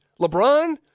LeBron